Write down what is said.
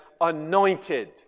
anointed